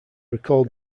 recalled